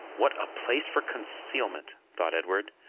what a place for concealment! thought edward,